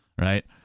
right